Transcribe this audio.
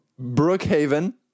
Brookhaven